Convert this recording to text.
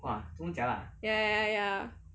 ya ya ya